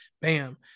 Bam